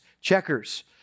checkers